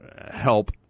help